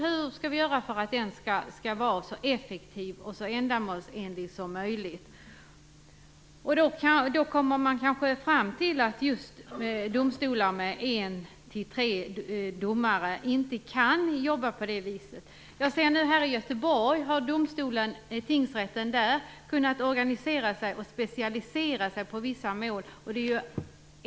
Hur skall vi göra för att den skall vara så effektiv och så ändamålsenlig som möjligt? Kanske kommer man fram till att just domstolar med en till tre domare inte kan jobba på det viset. Tingsrätten i Göteborg har kunnat organisera sig och specialisera sig på vissa mål.